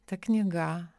ta knyga